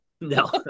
No